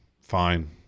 Fine